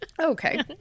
Okay